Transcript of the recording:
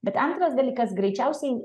bet antras dalykas greičiausiai